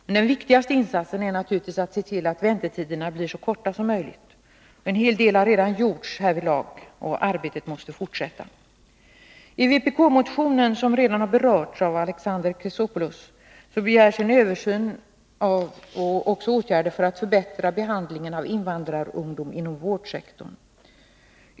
Men den viktigaste insatsen är naturligtvis att se till att väntetiderna blir så korta som möjligt. En hel del har härvidlag redan gjorts, och arbetet måste fortsätta. Ivpk-motionen begärs, som redan har berörts av Alexander Chrisopoulos, en översyn av och åtgärder för att förbättra behandlingen av invandrarungdom inom vårdsektorn.